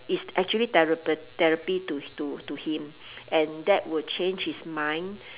is actually therap~ therapy to to to him and that would change his mind